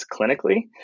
clinically